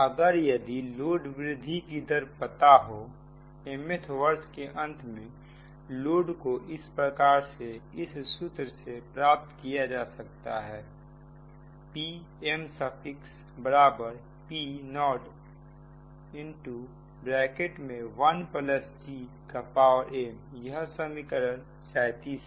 अगर यदि लोड वृद्धि की दर पता हो m th वर्ष के अंत में लोड को इस प्रकार इस सूत्र से प्राप्त किया जा सकता है PmPo1gm यह समीकरण 37 है